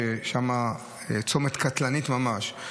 שם הצומת קטלני ממש.